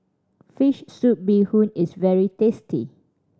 fish soup bee hoon is very tasty